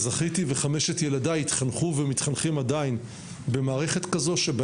זכיתי וחמשת ילדיי התחנכו ומתחנכים עדיין במערכת כזאת שבה